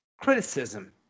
criticism